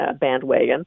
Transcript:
bandwagon